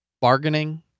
bargaining